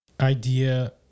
idea